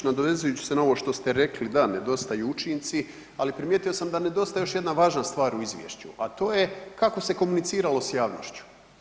Nadovezujući se na ovo što ste rekli, da ne dostaju učinci, ali primijetio sam da nedostaje još jedna stvar u izvješću, a to je kako se komuniciralo s javnošću.